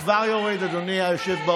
אני כבר יורד, אדוני היושב-ראש.